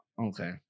Okay